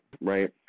right